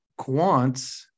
quants